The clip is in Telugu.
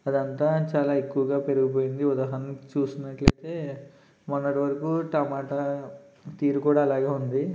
అదంతా చాలా ఎక్కువగా పెరిగిపోయింది ఉదాహరణకి చూసినట్లయితే మొన్నటి వరకు టమాట తీరు కూడా అలాగే ఉంది